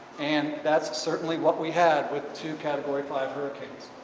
and that's certainly what we had with to category five hurricanes.